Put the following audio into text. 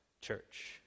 church